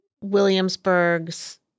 Williamsburg's